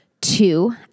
Two